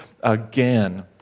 again